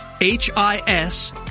H-I-S